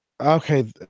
okay